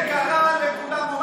הוא קרא לכולם,